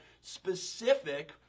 specific